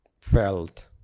felt